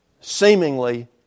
seemingly